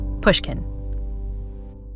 pushkin